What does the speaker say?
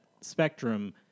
spectrum